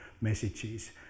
messages